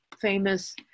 famous